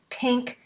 pink